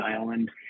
Island